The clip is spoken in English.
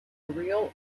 real